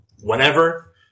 Whenever